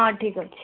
ହଁ ଠିକ୍ ଅଛି